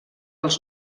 els